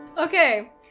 Okay